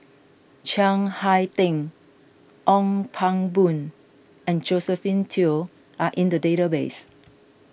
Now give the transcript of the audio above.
Chiang Hai Ding Ong Pang Boon and Josephine Teo are in the database